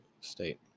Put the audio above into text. state